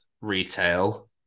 retail